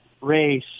race